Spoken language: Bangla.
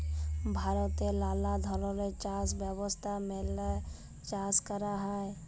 ভারতে লালা ধরলের চাষ ব্যবস্থা মেলে চাষ ক্যরা হ্যয়